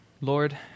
Lord